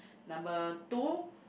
number two